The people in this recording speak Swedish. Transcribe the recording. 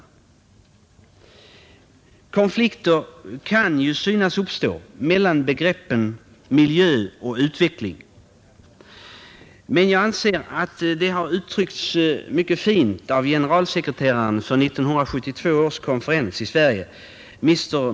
Konflikter kan synas uppstå mellan begreppen miljö och utveckling, men jag anser att det uttrycks mycket fint av generalsekreteraren för 1972 års konferens i Sverige Mr.